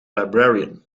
librarian